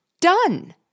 done